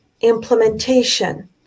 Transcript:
implementation